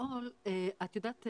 את יודעת,